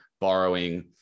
borrowing